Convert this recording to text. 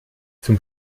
zum